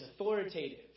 authoritative